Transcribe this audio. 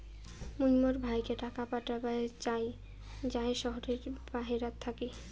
মুই মোর ভাইকে টাকা পাঠাবার চাই য়ায় শহরের বাহেরাত থাকি